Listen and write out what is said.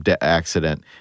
accident